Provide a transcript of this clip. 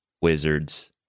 Wizards